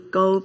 go